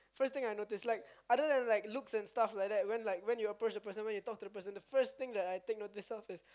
first thing I notice like other than like looks and stuffs like that when like when like you approach the person when you talk to the person the first thing that I take notice of is